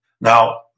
Now